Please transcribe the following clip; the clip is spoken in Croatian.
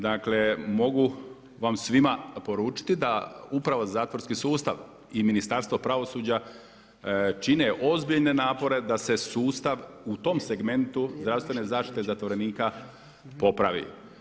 Dakle mogu vam svima poručiti da upravo zatvorski sustav i Ministarstvo pravosuđa čine ozbiljne napore da se sustav u tom segmentu zdravstvene zaštite zatvorenika popravi.